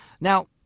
now